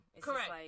Correct